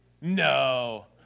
No